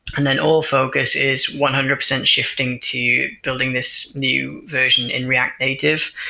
and then all focus is one hundred percent shifting to building this new version in react native.